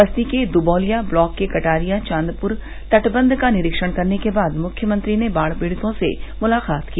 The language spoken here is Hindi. बस्ती के दुबैलिया ब्लाक के कटारिया चाँदपुर तटबंध का निरीक्षण करने के बाद मुख्यमंत्री ने बाढ़ पीड़ितों से मुलाकात की